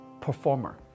performer